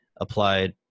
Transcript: applied